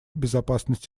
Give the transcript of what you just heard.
безопасность